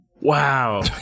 Wow